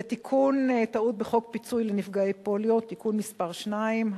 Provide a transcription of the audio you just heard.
זה תיקון טעות בחוק פיצוי לנפגעי פוליו (תיקון מס' 2),